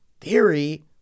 theory